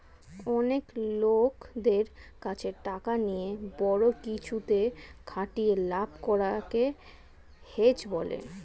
অনেক লোকদের কাছে টাকা নিয়ে বড়ো কিছুতে খাটিয়ে লাভ করা কে হেজ বলে